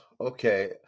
Okay